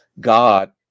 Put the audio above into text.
God